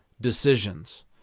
decisions